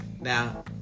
Now